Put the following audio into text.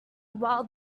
while